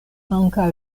ankaŭ